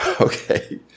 Okay